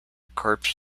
corps